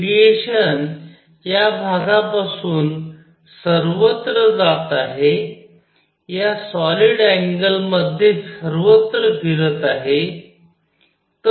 तर हे रेडिएशन या भागापासून सर्वत्र जात आहे या सॉलिड अँगल मध्ये सर्वत्र फिरत आहे